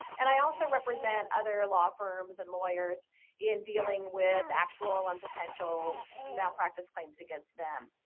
and i also represent other law firms and lawyers in dealing with actual and potential malpractice claims against them.